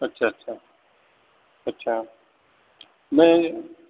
اچھا اچھا اچھا میں